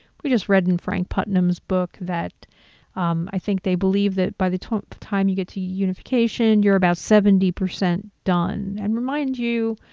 we just read in frank putnam's book that i think they believe that by the time you get to unification, you're about seventy percent done and remind you,